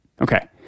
Okay